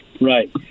Right